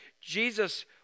Jesus